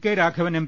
K Raghavan M